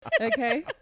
Okay